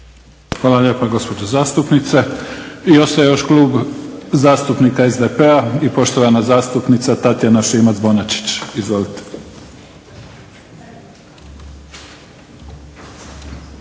Hvala lijepa gospođo zastupnice. I ostaje još Klub zastupnika SDP-a i poštovana zastupnica Tatjana Šimac-Bonačić. Izvolite. **Šimac